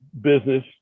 business